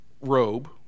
robe